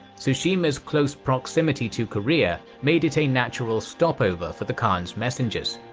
tsushima's close proximity to korea made it a natural stopover for the khan's messengers.